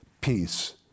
peace